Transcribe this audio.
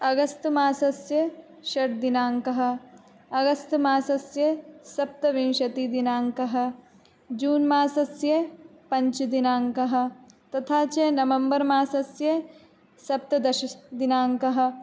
अगस्त् मासस्य षड्दिनाङ्कः अगस्त् मासस्य सप्तविंशतिदिनाङ्कः जून् मासस्य पञ्चमदिनाङ्कः तथा च नवेम्बर् मासस्य सप्तदशदिनाङ्कः